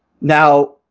Now